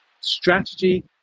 strategy